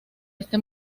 este